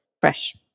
fresh